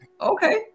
Okay